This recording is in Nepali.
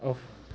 अफ